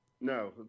No